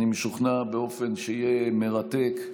אני משוכנע, באופן שיהיה מרתק,